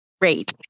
great